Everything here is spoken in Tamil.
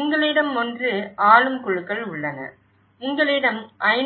உங்களிடம் ஒன்று ஆளும் குழுக்கள் உள்ளன உங்களிடம் ஐ